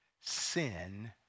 sin